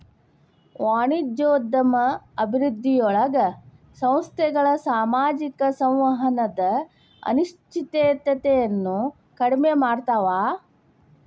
ವಾಣಿಜ್ಯೋದ್ಯಮ ಅಭಿವೃದ್ಧಿಯೊಳಗ ಸಂಸ್ಥೆಗಳ ಸಾಮಾಜಿಕ ಸಂವಹನದ ಅನಿಶ್ಚಿತತೆಯನ್ನ ಕಡಿಮೆ ಮಾಡ್ತವಾ